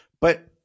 But-